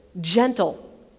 gentle